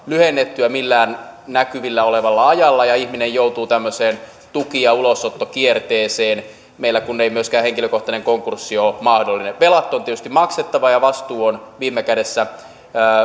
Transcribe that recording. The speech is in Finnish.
lyhennettyä millään näkyvillä olevalla ajalla ja ihminen joutuu tämmöiseen tuki ja ulosottokierteeseen meillä kun ei myöskään henkilökohtainen konkurssi ole mahdollinen velat on tietysti maksettava ja vastuu on viime kädessä